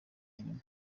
inyuma